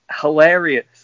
hilarious